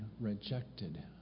rejected